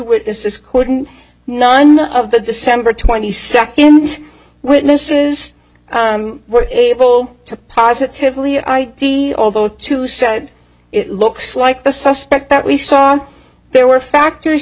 witnesses couldn't none of the december twenty second witnesses were able to positively id although two said it looks like the suspect that we saw there were factors